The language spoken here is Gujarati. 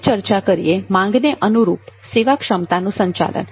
હવે ચર્ચા કરીએ માંગને અનુરૂપ સેવાની ક્ષમતાનું સંચાલન